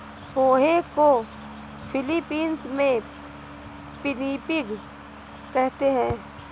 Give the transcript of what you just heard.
पोहे को फ़िलीपीन्स में पिनीपिग कहते हैं